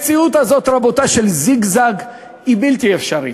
המציאות הזאת, רבותי, של זיגזג, היא בלתי אפשרית,